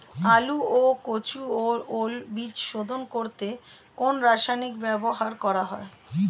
আলু ও কচু ও ওল বীজ শোধন করতে কোন রাসায়নিক ব্যবহার করা হয়?